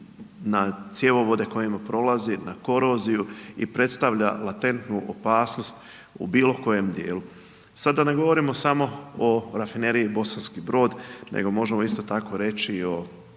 na cjevovode kojima prolazi, na koroziju i predstavlja latentnu opasnost u bilo kojem dijelu. Sada da ne govorimo samo o rafineriji Bosanski Brod nego možemo isto tako reći i o